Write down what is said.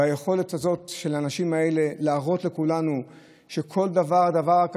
ביכולת הזאת של האנשים האלה להראות לכולנו שכל דבר ודבר,